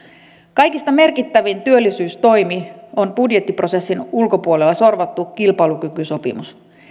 kaikista merkittävin työllisyystoimi on budjettiprosessin ulkopuolella sorvattu kilpailukykysopimus